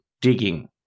digging